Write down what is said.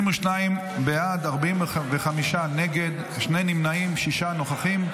22 בעד, 45 נגד, שני נמנעים, שישה נוכחים.